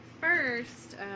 first